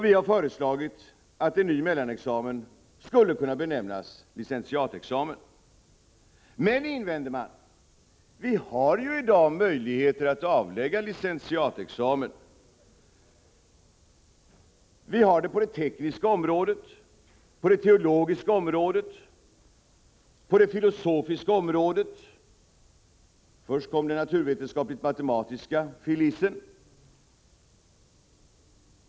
Vi har föreslagit att en ny mellanexamen skulle kunna benämnas licentiatexamen. Men, invänder man, vi har ju i dag möjlighet att avlägga licentiatexamen. Vi har det på det tekniska området, på det teologiska området och på det filosofiska området. Först kom den naturvetenskapligt-matematiska fil.lic.- examen.